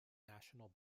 national